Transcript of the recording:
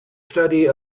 study